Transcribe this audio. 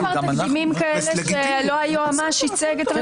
אבל אני לא זוכרת תקדימים שלא היועץ המשפטי ייצג את הממשלה.